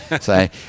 say